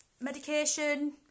medication